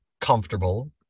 comfortable